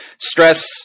stress